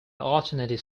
alternative